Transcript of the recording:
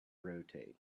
rotate